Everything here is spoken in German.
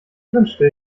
wünschte